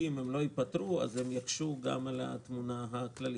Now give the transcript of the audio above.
אם הן לא ייפתרו אז הן יקשו גם על התמונה הכללית.